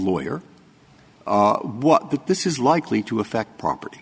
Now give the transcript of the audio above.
lawyer what this is likely to affect property